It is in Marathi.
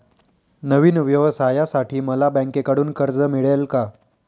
नवीन व्यवसायासाठी मला बँकेकडून कर्ज मिळेल का?